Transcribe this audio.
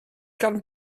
gan